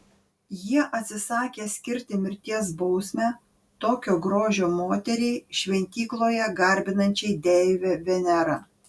jie atsisakė skirti mirties bausmę tokio grožio moteriai šventykloje garbinančiai deivę venerą